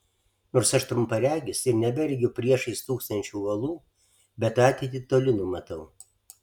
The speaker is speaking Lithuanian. nors aš trumparegis ir neberegiu priešais stūksančių uolų bet ateitį toli numatau